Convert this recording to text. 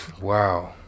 Wow